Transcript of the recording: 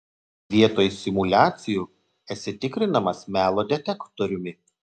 vietoj simuliacijų esi tikrinamas melo detektoriumi